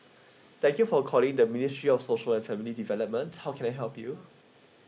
thank you for calling the ministry of social and family development how can I help you